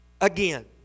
again